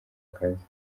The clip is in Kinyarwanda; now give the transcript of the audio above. akazi